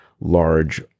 large